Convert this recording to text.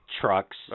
Trucks